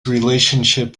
relationship